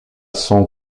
son